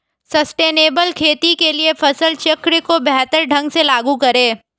sustainable खेती के लिए फसल चक्र को बेहतर ढंग से लागू करें